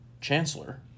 Chancellor